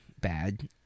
bad